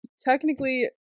technically